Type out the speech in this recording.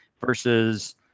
versus